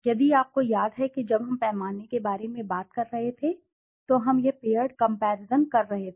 यदि आपको याद है कि जब हम पैमाने के बारे में बात कर रहे थे तो हम पेयर्ड कंपैरिसंस कर रहे थे